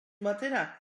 batera